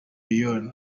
leone